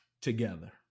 together